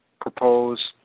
propose